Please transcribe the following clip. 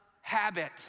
habit